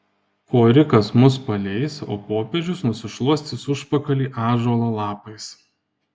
korikas mus paleis o popiežius nusišluostys užpakalį ąžuolo lapais